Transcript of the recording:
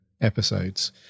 episodes